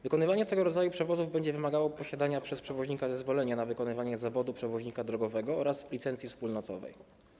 Wykonywanie tego rodzaju przewozów będzie wymagało posiadania przez przewoźnika zezwolenia na wykonywanie zawodu przewoźnika drogowego oraz licencji wspólnotowej.